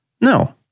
No